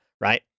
right